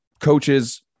coaches